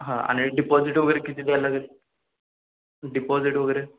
हां आणि डिपॉजिट वगैरे किती द्यायला लागंल डिपॉझिट वगैरे